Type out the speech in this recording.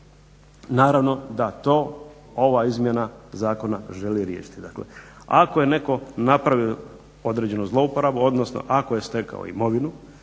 Naravno da to ova izmjena zakona želi riješiti. Dakle, ako je netko napravio određenu zlouporabu, odnosno ako je stekao imovinu